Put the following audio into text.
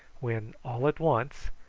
when all at once,